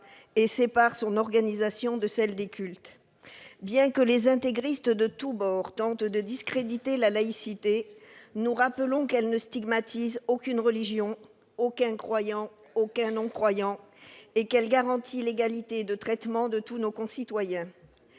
et sépare son organisation de celle des cultes. Bien que les intégristes de tous bords tentent de discréditer la laïcité, nous rappelons qu'elle ne stigmatise aucune religion, aucun croyant, aucun non-croyant, et qu'elle garantit l'égalité de traitement de tous nos concitoyens.